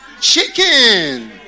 Chicken